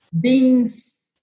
beings